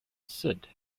sid